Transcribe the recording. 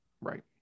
Right